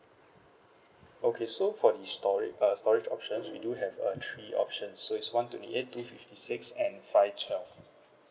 okay so for the stora~ uh storage options we do have uh three options so it's one twenty eight two fifty six and five twelve